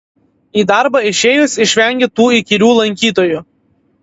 į darbą išėjus išvengi tų įkyrių lankytojų